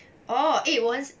oh I was